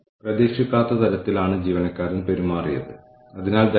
അലസതയോടല്ലാതെ എത്ര പേർ വൈകി വരുന്നു ജീവനക്കാരന്റെ തൊഴിൽ ജീവിത ബാലൻസ് മുതലായവ